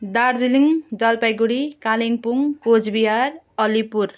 Darjeeling Jalpaiguri Kalimpong Cooch Behar Alipur